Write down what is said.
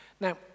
Now